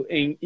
em